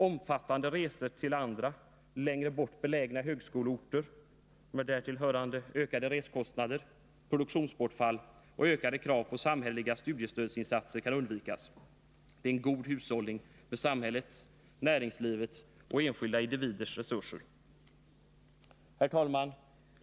Omfattande resor till andra, längre bort belägna högskoleorter med därtill hörande ökade resekostnader, produktionsbortfall och ökade krav på samhälleliga studiestödinsatser kan undvikas. Det är en god hushållning med samhällets, näringslivets och enskilda individers resurser. Herr talman!